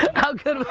how good